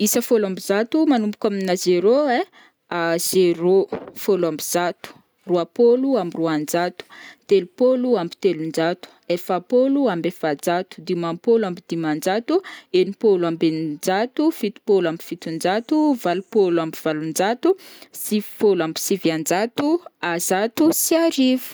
Isa fôlo amby zato manomboka amina zéro ai: zéro, fôlo amby zato, roapôlo amby roanjato, telopôlo amby telonjato, efa-pôlo amby efajato, dimampôlo amby dimanjato, enim-pôlo amby eninjato, fito-pôlo amby fitonjato, valo-pôlo amby valonjato, sivy fôlo amby sivianjato, zato sy arivo.